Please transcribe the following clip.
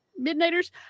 Midnighters